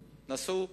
נסעו,